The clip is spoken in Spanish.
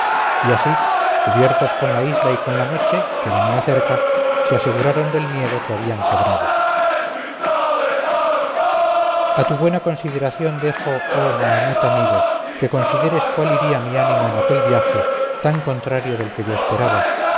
y así cubiertos con la isla y con la noche que venía cerca se aseguraron del miedo que habían cobrado a tu buena consideración dejo oh mahamut amigo que consideres cuál iría mi ánimo en aquel viaje tan contrario del que yo esperaba